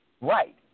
right